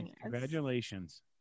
Congratulations